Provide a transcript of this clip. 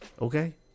okay